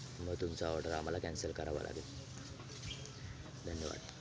मग तुमचा ऑर्डर आम्हाला कॅन्सल करावा लागेल धन्यवाद